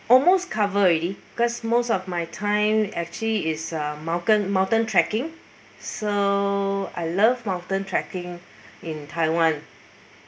almost cover already because most of my time actually is uh mountain mountain trekking so I love mountain trekking in taiwan